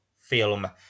film